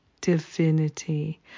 divinity